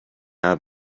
have